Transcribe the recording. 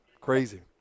Crazy